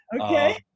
okay